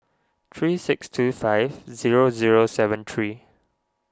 three six two five zero zero seven three